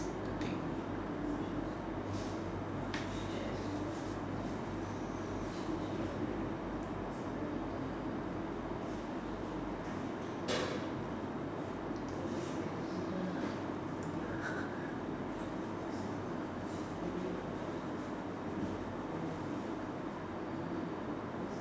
I think